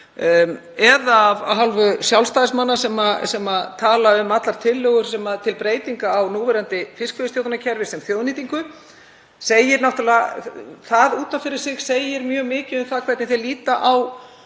eða af hálfu Sjálfstæðismanna sem tala um allar tillögur til breytinga á núverandi fiskveiðistjórnarkerfi sem þjóðnýtingu. Það segir náttúrlega út af fyrir sig mjög mikið um það hvernig þeir líta á